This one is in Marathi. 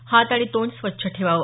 हात आणि तोंड स्वच्छ ठेवावं